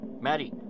Maddie